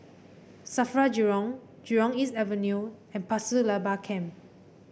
Safra Jurong Jurong East Avenue and Pasir Laba Camp